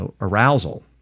arousal